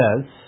says